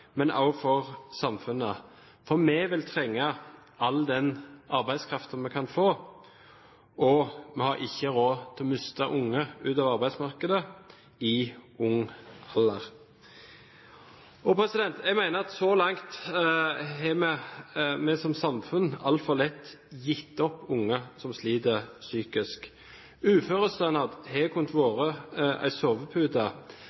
men også for samfunnet, for vi vil trenge all den arbeidskraften vi kan få. Vi har ikke råd til å miste folk i ung alder på arbeidsmarkedet. Jeg mener at så langt har vi som samfunn altfor lett gitt opp unge som sliter psykisk. Uførestønad har kunnet være en sovepute for et samfunn som ser at